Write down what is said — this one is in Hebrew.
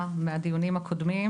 לגבי זמני המתנה מחולקים גיאוגרפית,